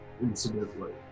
incidentally